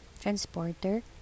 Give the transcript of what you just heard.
transporter